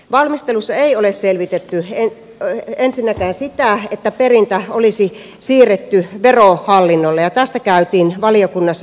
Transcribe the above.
valmistelussa ei ole selvitetty ensinnäkään sitä että perintä olisi siirretty verohallinnolle ja tästä käytiin valiokunnassa pitkää keskustelua